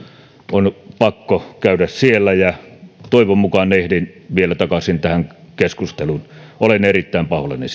on pakko käydä siellä toivon mukaan ehdin vielä takaisin tähän keskusteluun olen erittäin pahoillani